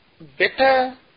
better